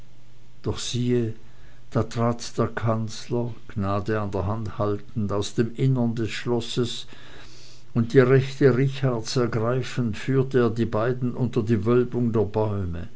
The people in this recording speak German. doch siehe da trat der kanzler gnade an der hand haltend aus dem innern des schlosses und die rechte richards ergreifend führte er die beiden unter die wölbung der bäume